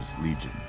legion